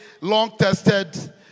long-tested